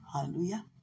Hallelujah